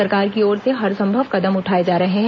सरकार की ओर से हरसंभव कदम उठाए जा रहे हैं